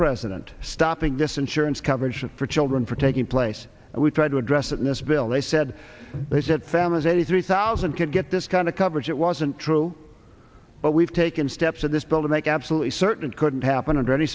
president stopping this insurance coverage for children for taking place and we tried to address that in this bill they said they said families eighty three thousand could get this kind of coverage it wasn't true but we've taken steps in this bill to make absolutely certain couldn't happen under any